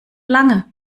lange